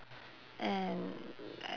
and